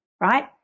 right